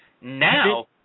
Now